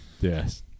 Yes